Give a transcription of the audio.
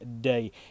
day